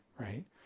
Right